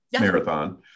marathon